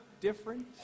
different